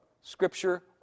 Scripture